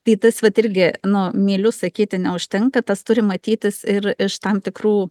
tai tas vat irgi nu myliu sakyti neužtenka tas turi matytis ir iš tam tikrų